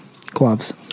gloves